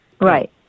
Right